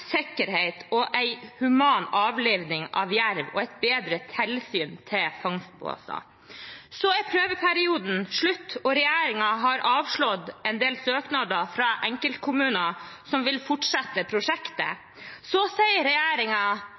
sikkerhet, en human avlivning av jerv og et bedre tilsyn med fangstbåser. Prøveperioden er slutt, og regjeringen har avslått en del søknader fra enkeltkommuner som vil fortsette prosjektet. Nå sier